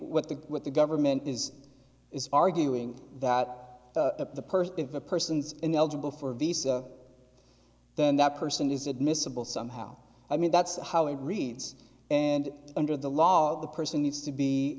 what the what the government is is arguing that a person if a person's ineligible for a visa then that person is admissible somehow i mean that's how it reads and under the law the person needs to be